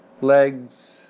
legs